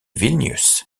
vilnius